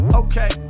okay